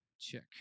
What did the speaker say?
Check